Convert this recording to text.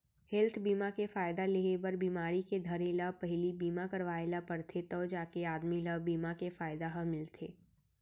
health बीमा के फायदा लेहे बर बिमारी के धरे ले पहिली बीमा करवाय ल परथे तव जाके आदमी ल बीमा के फायदा ह मिलथे